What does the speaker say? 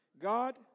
God